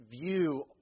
view